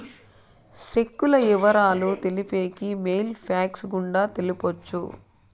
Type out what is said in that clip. సెక్కుల ఇవరాలు తెలిపేకి మెయిల్ ఫ్యాక్స్ గుండా తెలపొచ్చు